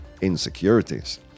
insecurities